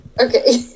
Okay